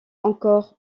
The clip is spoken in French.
encore